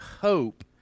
hope